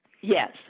Yes